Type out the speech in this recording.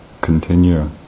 continue